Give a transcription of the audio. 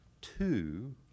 two